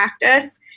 practice